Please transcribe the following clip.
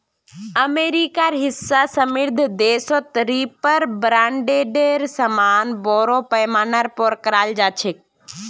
अमेरिकार हिस्सा समृद्ध देशत रीपर बाइंडरेर इस्तमाल बोरो पैमानार पर कराल जा छेक